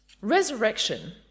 Resurrection